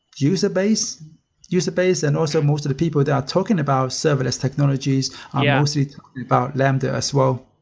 user base user base and also most of the people that are talking about serverless technologies are mostly about lambda as well.